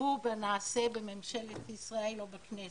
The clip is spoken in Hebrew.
יתערבו במה שנעשה בממשלת ישראל או בכנסת,